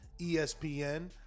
ESPN